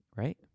Right